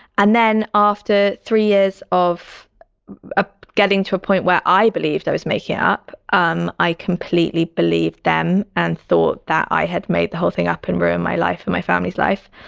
and then after three years of ah getting to a point where i believed i was making up, um i completely believed them and thought that i had made the whole thing up and ruined my life and my family's life.